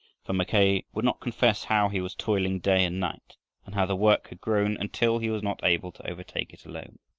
for mackay would not confess how he was toiling day and night and how the work had grown until he was not able to overtake it alone.